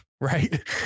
right